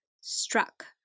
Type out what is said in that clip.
struck